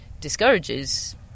discourages